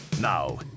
Now